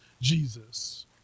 Jesus